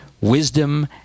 wisdom